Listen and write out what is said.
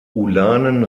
ulanen